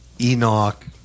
Enoch